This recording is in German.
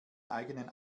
eigenen